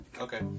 Okay